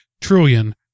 trillion